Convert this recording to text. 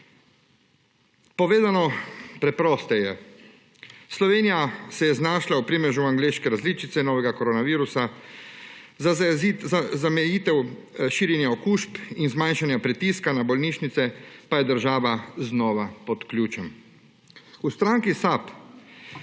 Povedano preprosteje, Slovenija se je znašla v primežu angleške različice novega koronavirusa, za zamejitev širjenja okužb in zmanjšanja pritiska na bolnišnice pa je država znova pod ključem. V SAB